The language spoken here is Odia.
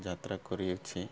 ଯାତ୍ରା କରିଅଛି